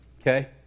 Okay